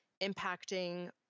impacting